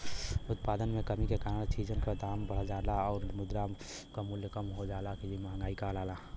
उत्पादन में कमी के कारण चीजन क दाम बढ़ जाना आउर मुद्रा क मूल्य कम हो जाना ही मंहगाई कहलाला